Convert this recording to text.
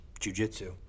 jujitsu